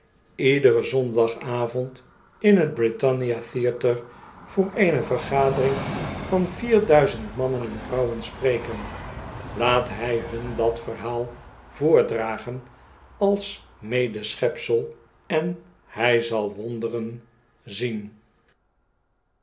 iederen zondagavond in t britannia theatre voor eene vergadering van vier duizend mannen en vrouwen spreken laat hij hun dat verhaal voordragen als mcde schepseï en hij zal wonderen zien